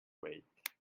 wait